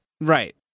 Right